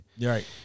Right